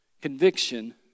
Conviction